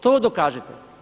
To dokažite.